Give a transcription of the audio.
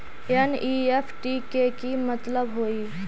NEFT के कि मतलब होइ?